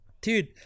dude